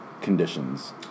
conditions